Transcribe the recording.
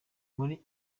muri